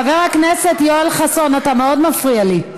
חבר הכנסת יואל חסון, אתה מאוד מפריע לי.